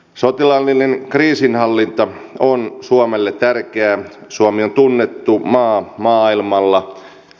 sotilaallinen kriisinhallinta on suomelle tärkeää suomi on tunnettu maa maailmalla